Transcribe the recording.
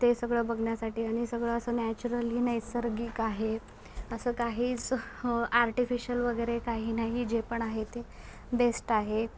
ते सगळं बघण्यासाठी आणि सगळं असं नॅचरली नैसर्गिक आहे असं काहीच हं आर्टिफिशिअल वगैरे काही नाही जे पण आहे ते बेस्ट आहे